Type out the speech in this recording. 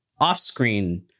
Off-screen